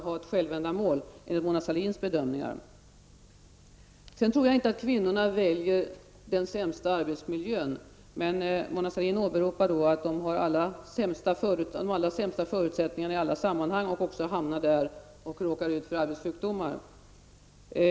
Eller skall det enligt Mona Sahlins bedömningar vara ett självändamål? Jag tror inte att kvinnorna väljer den sämsta arbetsmiljön. Mona Sahlin åberopar att de har de allra sämsta förutsättningarna i alla sammanhang och råkar ut för arbetssjukdomar.